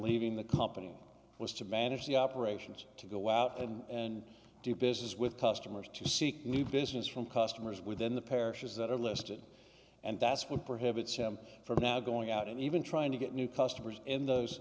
leaving the company was to manage the operations to go out and do business with customers to seek new business from customers within the parishes that are listed and that's would prohibit some from now going out and even trying to get new customers in those